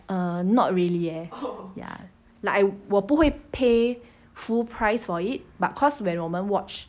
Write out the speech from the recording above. um not really eh ya like I 我不会 pay full price for it but cause when 我们 watch